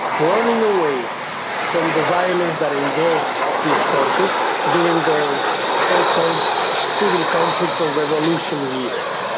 running away from the violence that engulfed these countries during the so-called civil conflicts or revolution years.